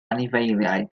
anifeiliaid